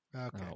Okay